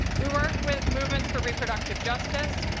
we work with movements for reproductive justice,